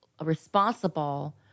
responsible